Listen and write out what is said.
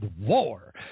war